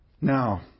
Now